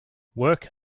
work